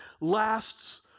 lasts